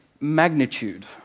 magnitude